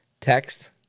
text